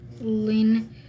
Lynn